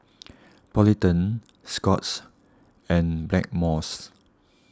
Polident Scott's and Blackmores